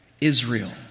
Israel